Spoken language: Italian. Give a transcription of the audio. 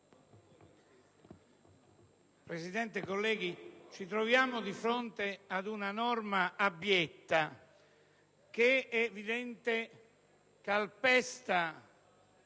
Presidente, colleghi, ci troviamo di fronte ad una norma abietta, che calpesta